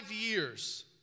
years